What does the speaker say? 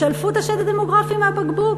שלפו את השד הדמוגרפי מהבקבוק